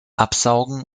absaugen